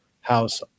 house